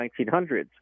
1900s